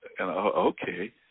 okay